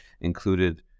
included